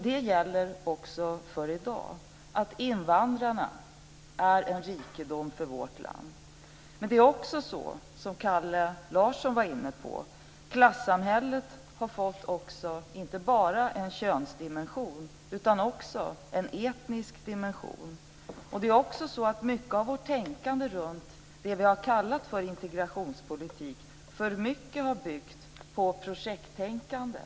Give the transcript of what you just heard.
Det gäller också i dag att invandrarna är en rikedom för vårt land. Men det är också på det viset som Kalle Larsson var inne på. Klassamhället har fått inte bara en könsdimension utan också en etnisk dimension. Det är också så att mycket av vårt tänkande runt det vi har kallat för integrationspolitik i alltför hög grad har byggt på projekttänkande.